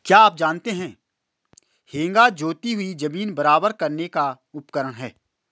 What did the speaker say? क्या आप जानते है हेंगा जोती हुई ज़मीन बराबर करने का उपकरण है?